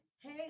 hey